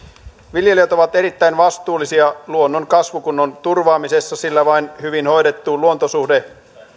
viljelijät ovat erittäin vastuullisia luonnon kasvukunnon turvaamisessa sillä vain hyvin hoidettu luontosuhde